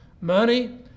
money